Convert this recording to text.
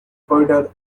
corridor